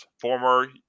former